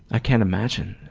i can't imagine.